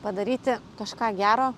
padaryti kažką gero